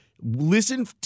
Listen